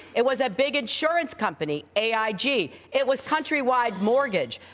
it was a big insurance company, aig. it was countrywide mortgage.